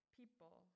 people